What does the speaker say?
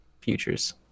futures